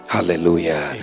Hallelujah